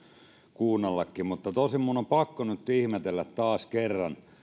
kuunnellakin tosin minun on pakko nyt ihmetellä taas kerran